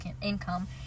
income